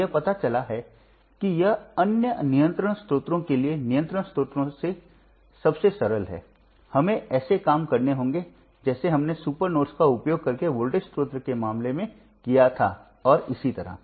तो यह पता चला है कि यह अन्य नियंत्रण स्रोतों के लिए नियंत्रण स्रोतों में सबसे सरल है हमें ऐसे काम करने होंगे जैसे हमने सुपर नोड्स का उपयोग करके वोल्टेज स्रोत के मामले में किया था और इसी तरह